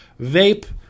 vape